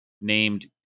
named